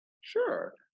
sure